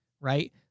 right